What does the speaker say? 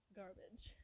garbage